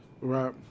Right